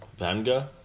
Vanga